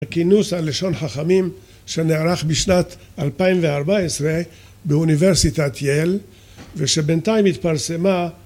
הכינוס על לשון חכמים שנערך בשנת אלפיים וארבע עשרה באוניברסיטת ייל, ושבינתיים התפרסמה